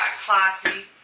classy